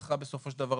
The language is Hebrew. תודה.